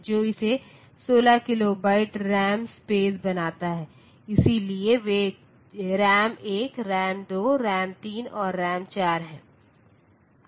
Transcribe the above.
जो इसे 16 kilobyte RAM स्पेसबनाता है इसलिए वे रैम 1 रैम 2 रैम 3 और रैम 4 हैं